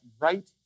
right